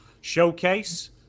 showcase